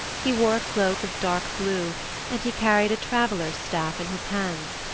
he wore a cloak of dark blue and he carried a traveler's staff in his hands.